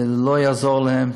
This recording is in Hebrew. זה לא יעזור להם,